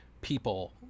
people